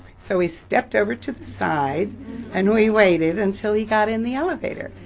so we stepped over to the side and we waited until he got in the elevator.